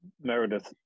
Meredith